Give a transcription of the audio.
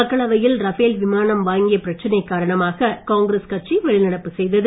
மக்களவையில் ரபேல் விமானம் வாங்கிய பிரச்சனை காரணமாக காங்கிரஸ் கட்சி வெளிநடப்பு செய்தது